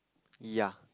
yeah